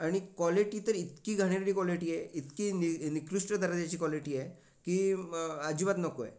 आणि क्वालिटी तर इतकी घाणेरडी क्वालिटी आहे इतकी नि निकृष्ट दर्जाची क्वालिटी आहे की ब अजिबात नको आहे